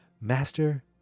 Master